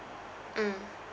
mm